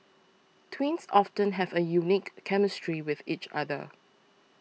twins often have a unique chemistry with each other